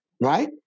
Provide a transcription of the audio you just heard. right